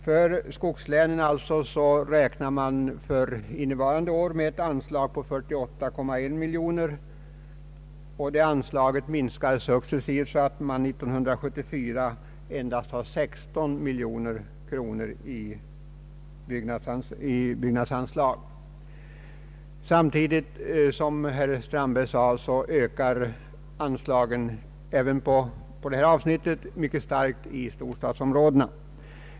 För skogslänen räknar man för innevarande år med ett byggnadsanslag på 48,1 miljoner kronor, och detta anslag minskar successivt så att det år 1974 endast uppgår till 16 miljoner kronor. Samtidigt ökar, som herr Strandberg här anförde, anslagen även på detta avsnitt mycket starkt i storstadsområdena.